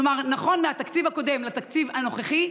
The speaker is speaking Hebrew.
כלומר, נכון, מהתקציב הקודם לתקציב הנוכחי,